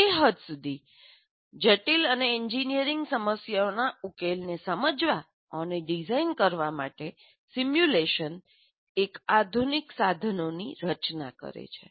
તે હદ સુધી જટિલ એન્જિનિયરિંગ સમસ્યાઓના ઉકેલોને સમજવા અને ડિઝાઇન કરવા માટે સિમ્યુલેશન એક આધુનિક સાધનોની રચના કરે છે